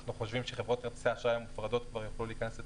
אנחנו חושבים שחברות כרטיסי האשראי המופרדות כבר יוכלו להיכנס לתחרות,